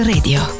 Radio